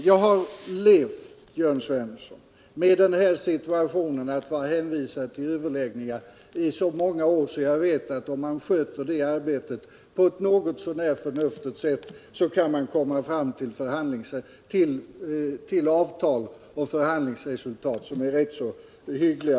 Jag har levt, Jörn Svensson, med situationen att vara hänvisad till överläggningar i så många år att jag vet, att om man sköter det arbetet på ett något så när förnuftigt sätt, kan man komma fram till avtal och förhandlingsresultat som är rätt så hyggliga.